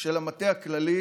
של המטה הכללי